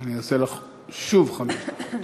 אני אתן לך שוב חמש דקות.